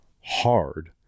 hard